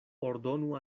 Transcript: ordonu